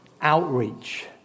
outreach